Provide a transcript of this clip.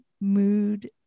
mood